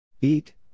Eat